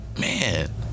man